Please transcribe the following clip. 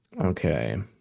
Okay